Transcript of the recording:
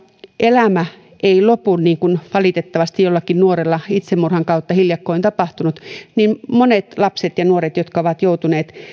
elämä ei lopu niin kuin valitettavasti jollakin nuorella itsemurhan kautta hiljakkoin on tapahtunut niin monen lapsen ja nuoren jotka ovat joutuneet